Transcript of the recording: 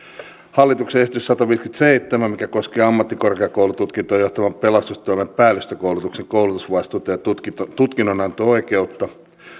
hallituksen esitys sataviisikymmentäseitsemän mikä koskee ammattikorkeakoulututkintoon johtavan pelastustoimen päällystökoulutuksen koulutusvastuuta ja tutkinnonanto oikeutta